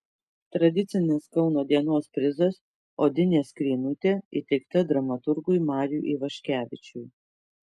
tradicinis kauno dienos prizas odinė skrynutė įteikta dramaturgui mariui ivaškevičiui